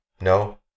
No